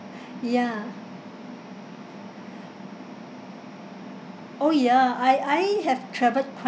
ya oh ya I I have travelled quite